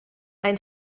ein